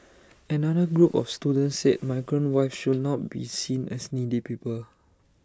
another group of students said migrant wives should not be seen as needy people